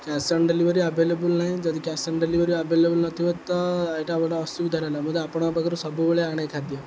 cash on delivery available ନାହିଁ ଯଦି cash on delivery available ନଥିବ ତ ଏଇଟା ଗୋଟେ ଅସୁବିଧା ରହିଲା ମୁଁ ତ ଆପଣଙ୍କ ପାଖରୁ ସବୁବେଳେ ଆଣେ ଖାଦ୍ୟ